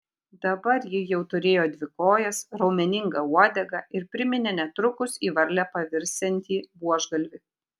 dabar ji jau turėjo dvi kojas raumeningą uodegą ir priminė netrukus į varlę pavirsiantį buožgalvį